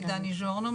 אני דני ז'ורנו,